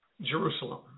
Jerusalem